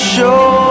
Show